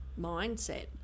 mindset